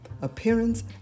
appearance